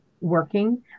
working